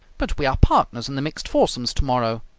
but we are partners in the mixed foursomes tomorrow.